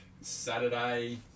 Saturday